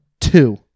Two